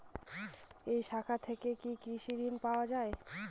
এই শাখা থেকে কি কৃষি ঋণ পাওয়া যায়?